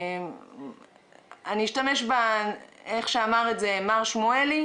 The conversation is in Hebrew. אני אשתמש במה שאמר מר שמואלי